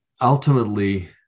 Ultimately